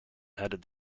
headed